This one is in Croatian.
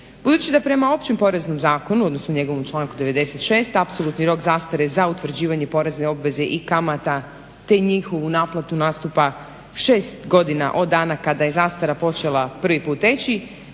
Budući da prema Općem poreznom zakonu, odnosno njegovom članku 96. apsolutni rok zastare za utvrđivanje porezne obveze i kamata te njihovu naplatu nastupa šest godina od dana kada je zastara počela prvi put teći,